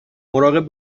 مراقب